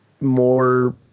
more